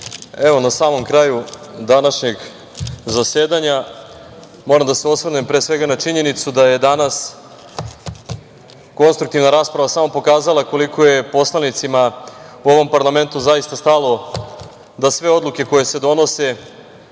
na samom kraju današnjeg zasedanja moram da se osvrnem na činjenicu da je danas konstruktivna rasprava samo pokazala koliko je poslanicima u ovom parlamentu zaista stalo da sve odluke koje se donose